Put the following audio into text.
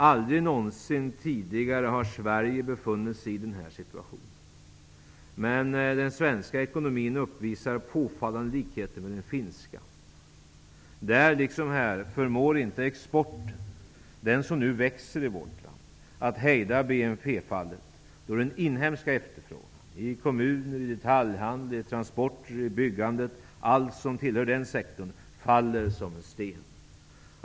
Aldrig någonsin tidigare har Sverige befunnit sig i den här situationen, men den svenska ekonomin uppvisar påfallande likheter med den finska. Där liksom här förmår inte exporten, som nu växer i vårt land, hejda BNP-fallet då den inhemska efterfrågan -- när det gäller kommuner, detaljhandeln, transporter, byggandet och allt som tillhör den sektorn -- faller som sten.